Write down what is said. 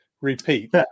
repeat